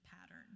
pattern